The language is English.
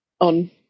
on